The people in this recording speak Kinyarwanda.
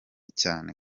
cyane